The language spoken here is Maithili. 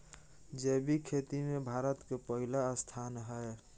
जैविक खेती में भारत के पहिला स्थान हय